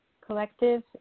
Collective